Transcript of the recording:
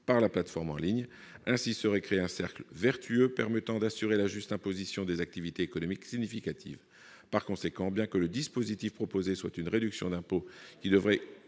par la plateforme en ligne. Ainsi serait créé un cercle vertueux, permettant d'assurer la juste imposition des activités économiques significatives. Par conséquent, bien que le dispositif proposé soit une réduction d'impôt, qui devrait